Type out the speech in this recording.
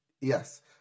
Yes